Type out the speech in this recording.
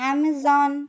Amazon